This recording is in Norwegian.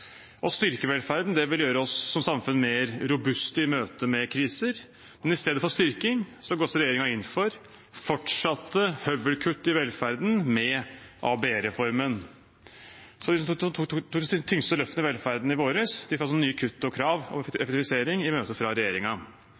Å styrke velferden vil gjøre oss som samfunn mer robust i møte med kriser, men i stedet for styrking går regjeringen inn for fortsatte høvelkutt i velferden med ABE-reformen. De som tok de tyngste løftene i velferden i vår, møtes altså av nye kutt og krav om effektivisering fra